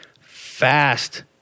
fast